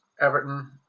everton